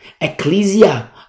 ecclesia